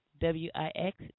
W-I-X